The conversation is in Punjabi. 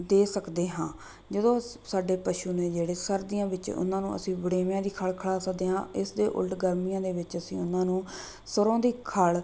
ਦੇ ਸਕਦੇ ਹਾਂ ਜਦੋਂ ਸ ਸਾਡੇ ਪਸ਼ੂ ਨੇ ਜਿਹੜੇ ਸਰਦੀਆਂ ਵਿੱਚ ਉਹਨਾਂ ਨੂੰ ਅਸੀਂ ਵੜੇਵਿਆਂ ਦੀ ਖਲ਼ ਖਿਲਾ ਸਕਦੇ ਹਾਂ ਇਸ ਦੇ ਉਲਟ ਗਰਮੀਆਂ ਦੇ ਵਿੱਚ ਅਸੀਂ ਉਹਨਾਂ ਨੂੰ ਸਰ੍ਹੋਂ ਦੀ ਖਲ਼